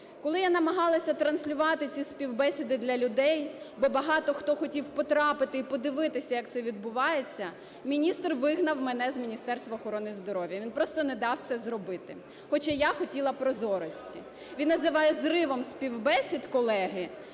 Коли я намагалася транслювати ці співбесіди для людей, бо багато хто хотів потрапити і подивитися, як це відбувається, міністр вигнав мене з Міністерства охорони здоров'я, він просто не дав це зробити, хоча я хотіла прозорості. Він називає зривом співбесід, колеги,